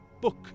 book